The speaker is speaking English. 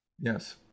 Yes